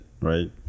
right